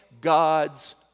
God's